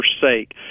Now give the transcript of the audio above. forsake